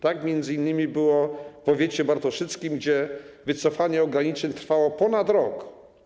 Tak m.in. było w powiecie bartoszyckim, gdzie wycofanie ograniczeń trwało ponad rok.